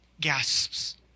Gasps